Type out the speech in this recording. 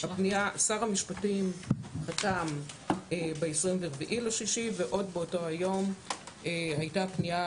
שר המשפטים חתם ב-24.6 ועוד באותו היום הייתה פנייה